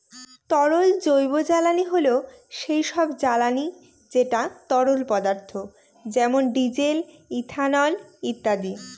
তরল জৈবজ্বালানী হল সেই সব জ্বালানি যেটা তরল পদার্থ যেমন ডিজেল, ইথানল ইত্যাদি